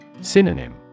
Synonym